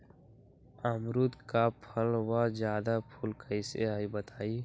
अमरुद क फल म जादा फूल कईसे आई बताई?